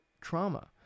trauma